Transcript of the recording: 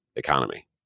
economy